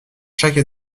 chaque